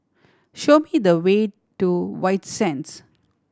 show me the way to White Sands